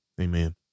Amen